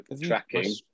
tracking